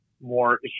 more